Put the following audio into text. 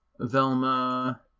Velma